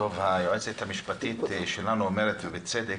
היועצת המשפטית שלנו אומרת, ובצדק,